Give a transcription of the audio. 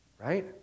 Right